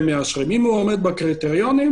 אם הוא עומד בקריטריונים